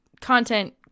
content